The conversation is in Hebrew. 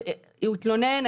הוא התלונן,